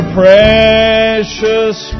precious